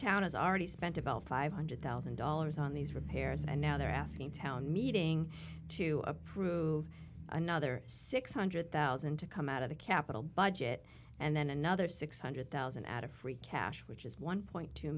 town has already spent about five hundred thousand dollars on these repairs and now they're asking town meeting to approve another six hundred thousand to come out of the capital budget and then another six hundred thousand out of free cash which is one point two